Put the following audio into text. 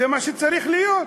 זה מה שצריך להיות"?